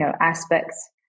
aspects